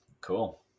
cool